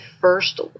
first